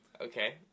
Okay